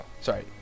sorry